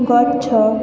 ଗଛ